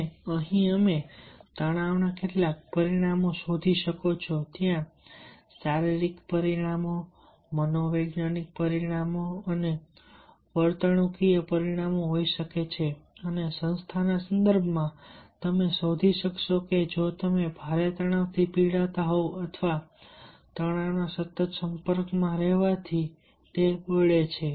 અને અહીં તમે તણાવના કેટલાક પરિણામો શોધી શકો છો ત્યાં શારીરિક પરિણામો મનોવૈજ્ઞાનિક પરિણામો અને વર્તણૂકીય પરિણામો હોઈ શકે છે અને સંસ્થાના સંદર્ભમાં તમે શોધી શકશો કે જો તમે ભારે તણાવથી પીડાતા હોવ અથવા તણાવના સતત સંપર્કમાં રહેવાથી બળે છે